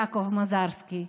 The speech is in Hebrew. יעקב מזרסקי,